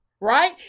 right